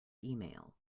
email